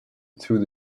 through